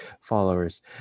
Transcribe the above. followers